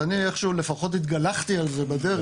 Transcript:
אז אני לפחות התגלחתי על זה בדרך,